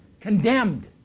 condemned